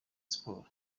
sports